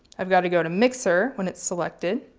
i've got to go to mixer, when it's selected,